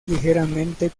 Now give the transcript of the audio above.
ligeramente